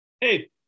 hey